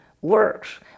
works